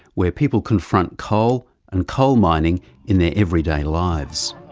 where people confront coal and coal mining in their everyday lives.